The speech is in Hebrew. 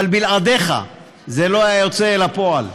אבל בלעדיך זה לא היה יוצא אל הפועל.